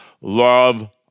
love